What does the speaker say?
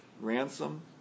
ransom